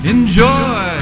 Enjoy